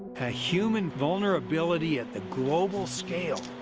ah human vulnerability at the global scale,